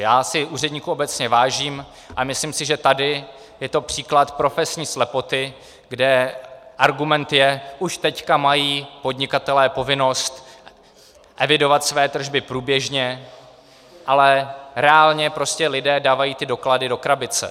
Já si úředníků obecně vážím, ale myslím si, že tady je to případ profesní slepoty, kde argument je, už teď mají podnikatelé povinnost evidovat své tržby průběžně, ale reálně prostě lidé dávají ty doklady do krabice.